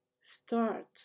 start